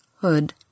hood